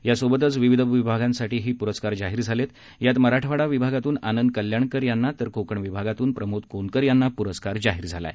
यासोबतच विविध विभागांसाठीही पुरस्कार जाहीर झाले आहेत यात मराठवाडा विभागातून आनंद कल्याणकर यांना तर कोकण विभागातून प्रमोद कोनकर यांना पुरस्कार जाहीर झाला आहे